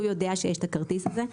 הוא יודע שיש את הכרטיס הזה.